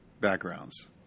backgrounds